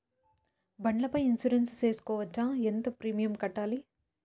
బండ్ల పై ఇన్సూరెన్సు సేసుకోవచ్చా? ఎంత ప్రీమియం కట్టాలి?